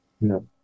No